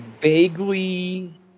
vaguely